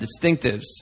distinctives